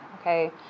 okay